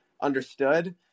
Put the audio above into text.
understood